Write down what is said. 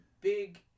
big